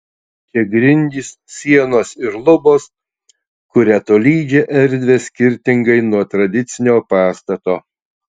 čia grindys sienos ir lubos kuria tolydžią erdvę skirtingai nuo tradicinio pastato